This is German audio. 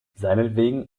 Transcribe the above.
seinetwegen